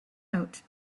out